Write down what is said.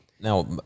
Now